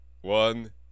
one